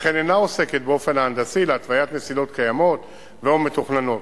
וכן אינה עוסקת באופן ההנדסי להתוויית מסילות קיימות או מתוכננות,